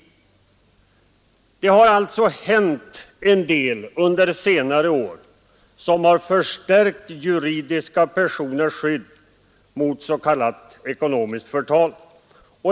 Det har alltså hänt en del under senare år som har förstärkt juridiska personers skydd mot s.k. ekonomiskt förtal.